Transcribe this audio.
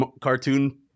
cartoon